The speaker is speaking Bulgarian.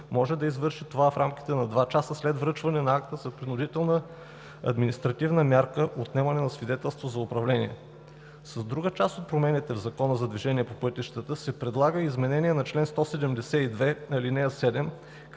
може да извърши това в рамките на два часа след връчването на акта за принудителна административна мярка „отнемане на свидетелство за управление“. С друга част от промените в Закона за движението по пътищата се предлага и изменение на чл. 172, ал. 7,